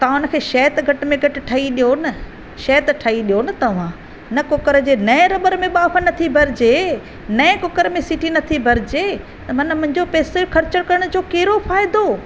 त तव्हां हुनखे शइ त घट में घटि ठाहे ॾेयो ना शइ त ठाहे ॾेयो न तव्हां न कुक्कर जे नए रबर में बाफ नथी भरिजे नए कुक्कर में सीटी नथी भरिजे त मन मुंहिंजो पैसे खर्चनि करण जो कहिड़ो फ़ाइदो